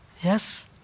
Yes